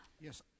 Yes